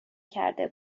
کرده